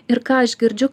ir ką aš girdžiu